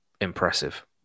impressive